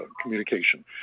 communication